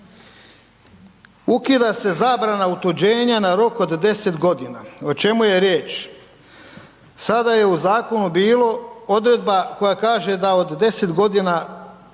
ukida se zabrana utuđenja na rok od 10 godina. O čemu je riječ? Sada je u zakonu bilo odredba koja kaže da od 10 godina